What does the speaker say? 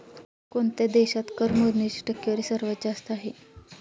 कोणत्या देशात कर मोजणीची टक्केवारी सर्वात जास्त आहे?